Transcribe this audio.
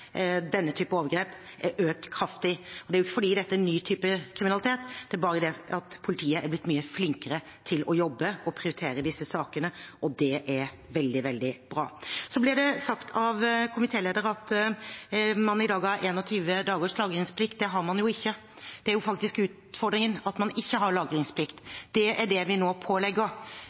denne typen overgrep er økt kraftig. Det er ikke fordi dette er en ny type kriminalitet, det er bare det at politiet er blitt mye flinkere til å jobbe og prioritere disse sakene, og det er veldig, veldig bra. Det ble sagt av komitélederen at man i dag har 21 dagers lagringsplikt. Det har man jo ikke. Utfordringen er faktisk at man ikke har lagringsplikt.